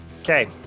Okay